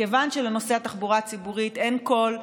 מכיוון שלנוסעי התחבורה הציבורית אין קול,